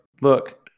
look